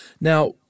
Now